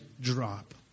drop